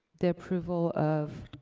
the approval of